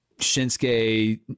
Shinsuke